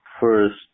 first